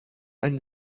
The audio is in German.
ein